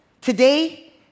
Today